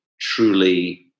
truly